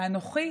"ואנכי